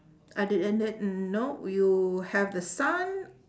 other than that no w~ you have the sun